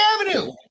Avenue